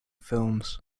films